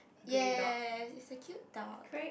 yes it's a cute dog